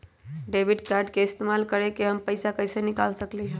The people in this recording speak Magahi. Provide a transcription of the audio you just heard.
डेबिट कार्ड के इस्तेमाल करके हम पैईसा कईसे निकाल सकलि ह?